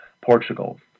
Portugal